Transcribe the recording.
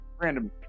Random